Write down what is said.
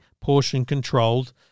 portion-controlled